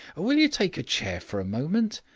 will you take a chair for a moment.